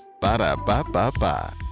Ba-da-ba-ba-ba